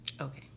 Okay